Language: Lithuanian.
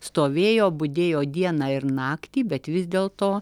stovėjo budėjo dieną ir naktį bet vis dėl to